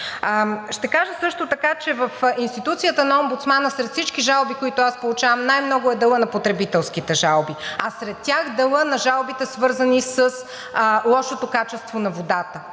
Ще кажа също така, че в институцията на омбудсмана сред всички жалби, които аз получавам, най-много е делът на потребителските жалби, а сред тях делът на жалбите, свързани с лошото качество на водата.